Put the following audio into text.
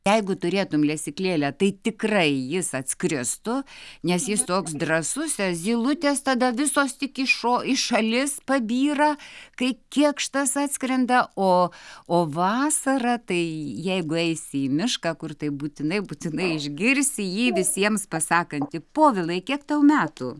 jeigu turėtum lesyklėlę tai tikrai jis atskristų nes jis toks drąsus e zylutės tada visos tik į šo į šalis pabyra kai kėkštas atskrenda o o vasarą tai jeigu eisi į mišką kur tai būtinai būtinai išgirsi jį visiems pasakantį povilai kiek tau metų